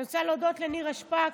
אני רוצה להודות לנירה שפק,